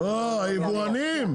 לא, היבואנים.